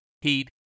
heat